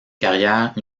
carrière